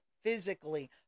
physically